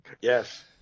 Yes